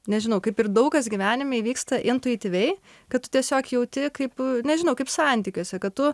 nežinau kaip ir daug kas gyvenime įvyksta intuityviai kad tu tiesiog jauti kaip nežinau kaip santykiuose kad tu